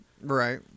Right